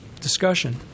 Discussion